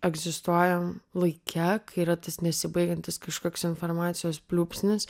egzistuojam laike kai yra tas nesibaigiantis kažkoks informacijos pliūpsnis